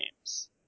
games